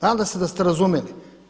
Nadam se da ste razumjeli.